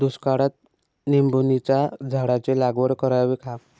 दुष्काळात निंबोणीच्या झाडाची लागवड करावी का?